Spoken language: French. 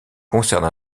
concerne